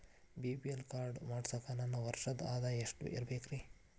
BPL card ಮಾಡ್ಸಾಕ ನನ್ನ ವರ್ಷದ್ ಆದಾಯ ಎಷ್ಟ ಇರಬೇಕ್ರಿ?